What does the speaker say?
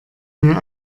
mir